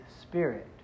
spirit